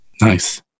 nice